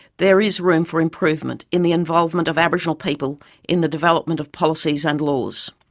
there is room for improvement in the involvement of aboriginal people in the development of policies and laws.